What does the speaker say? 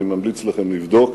אני ממליץ לכם לבדוק,